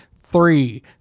three